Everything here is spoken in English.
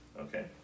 Okay